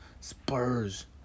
Spurs